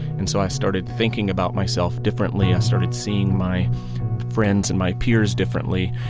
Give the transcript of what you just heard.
and so i started thinking about myself differently. i started seeing my friends and my peers differently.